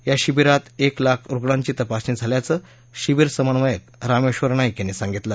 या शिबिरात एक लाख रुग्णांची तपासणी झाल्याचं शिबिर समन्वयक रामेश्वर नाईक यांनी सांगितलं